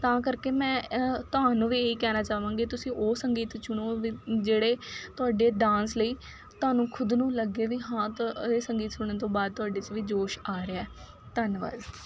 ਤਾਂ ਕਰਕੇ ਮੈਂ ਤੁਹਾਨੂੰ ਵੀ ਇਹੀ ਕਹਿਣਾ ਚਾਹਾਂਗੀ ਤੁਸੀਂ ਉਹ ਸੰਗੀਤ ਚੁਣੋ ਵੀ ਜਿਹੜੇ ਤੁਹਾਡੇ ਡਾਂਸ ਲਈ ਤੁਹਾਨੂੰ ਖੁਦ ਨੂੰ ਲੱਗੇ ਵੀ ਹਾਂ ਤਾਂ ਇਹ ਸੰਗੀਤ ਸੁਣਨ ਤੋਂ ਬਾਅਦ ਤੁਹਾਡੇ 'ਚ ਵੀ ਜੋਸ਼ ਆ ਰਿਹਾ ਧੰਨਵਾਦ